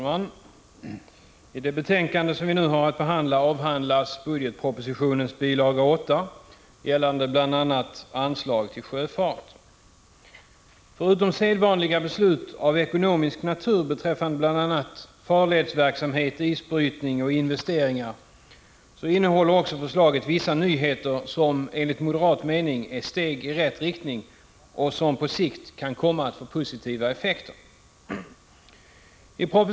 Herr talman! I det betänkande som vi nu har att debattera avhandlas budgetpropositionens bilaga 8, gällande bl.a. anslag till Sjöfart. Förutom sedvanliga beslut av ekonomisk natur beträffande bl.a. farledsverksamhet, isbrytning och investeringar innehåller förslaget också vissa nyheter som, enligt moderat mening, är steg i rätt riktning och som på sikt kan komma att få positiva effekter.